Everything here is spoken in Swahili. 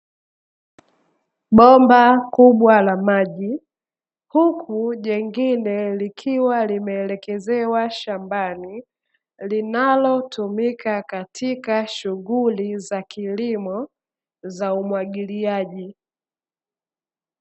Bomba kubwa la maji, huku lingine likiwa limeelekezwa shambani, linalotumika katika shughuli za kilimo za umwagiliaji.